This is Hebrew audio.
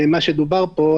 מה שדובר פה,